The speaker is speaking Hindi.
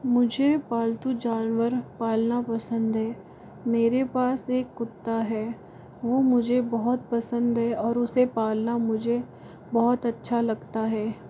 मुझे पालतू जानवर पालना पसंद है मेरे पास एक कुत्ता है वो मुझे बहुत पसंद है और उसे पालना मुझे बहुत अच्छा लगता है